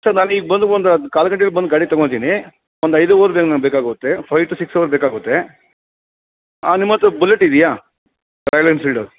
sir ನಾನೀಗ ಬಂದು ಒಂದು ಕಾಲು ಗಂಟೆಯಲ್ಲಿ ಬಂದು ಗಾಡಿ ತಗೋತಿನಿ ಒಂದು ಐದು ಅವರ್ ನನಗೆ ಬೇಕಾಗುತ್ತೆ ಫೈವ್ ಟು ಸಿಕ್ಸ್ ಅವರ್ಸ್ ಬೇಕಾಗುತ್ತೆ ನಿಮ್ಮ ಹತ್ರ ಬುಲೆಟ್ ಇದೆಯಾ ರಾಯಲ್ ಎನ್ಫೀಲ್ಡು